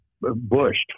bushed